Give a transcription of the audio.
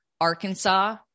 Arkansas